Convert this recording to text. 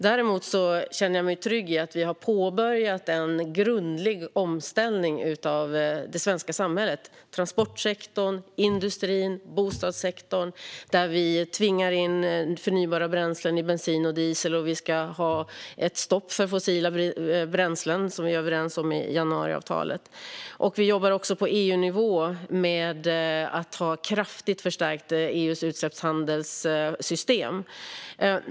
Däremot känner jag mig trygg i att vi har påbörjat en grundlig omställning av det svenska samhället - i transportsektorn, industrin och bostadssektorn. Vi tvingar in förnybara bränslen i bensin och diesel, och vi ska ha ett stopp för fossila bränslen, vilket vi är överens om i januariavtalet. Vi jobbar också på EU-nivå, där vi har förstärkt EU:s system för utsläppshandel kraftigt.